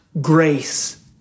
grace